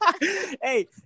Hey